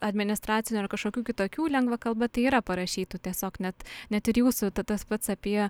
administracinių ar kažkokių kitokių lengva kalba tai yra parašytų tiesiog net net ir jūsų ta tas pats apie